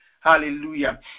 Hallelujah